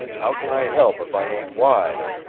how can i help if i ain't wise?